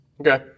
Okay